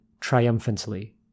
triumphantly